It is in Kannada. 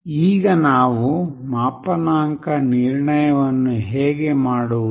ಈಗ ನಾವು ಮಾಪನಾಂಕ ನಿರ್ಣಯವನ್ನು ಹೇಗೆ ಮಾಡುವುದು